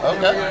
Okay